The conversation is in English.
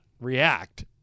react